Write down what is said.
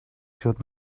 should